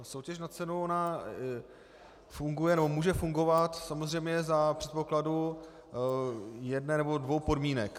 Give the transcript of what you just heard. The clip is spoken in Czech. Soutěž na cenu funguje, no, může fungovat samozřejmě za předpokladu jedné nebo dvou podmínek.